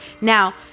Now